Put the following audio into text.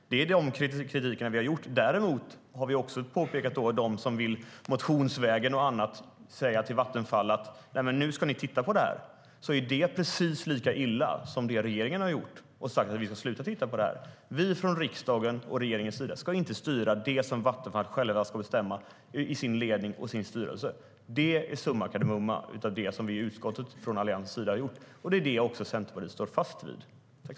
Den är den kritik vi har framfört. Vi i riksdagen och regeringen ska inte styra det som Vattenfall själva ska bestämma i sin ledning och sin styrelse. Det är summan av kardemumman av vad utskottet och Alliansen har gjort, och det är också det som Centerpartiet står fast vid.